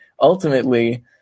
ultimately